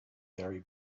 gary